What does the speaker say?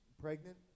pregnant